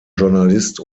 journalist